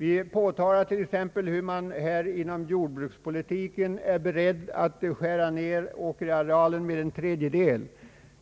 Vi påtalar exempelvis hur man genom jordbrukspolitiken är beredd att skära ned åkerarealen med en tredjedel.